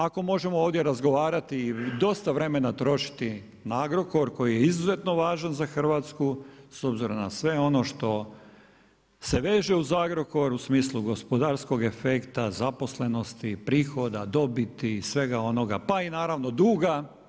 Ako možemo ovdje razgovarati i dosta vremena trošiti na Agrokor koji je izuzetno važan za Hrvatsku s obzirom na sve ono što se veže uz Agrokor u smislu gospodarskog efekta, zaposlenosti, prihoda, dobiti, svega onoga pa i naravno duga.